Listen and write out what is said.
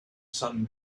sun